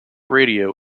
radio